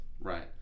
right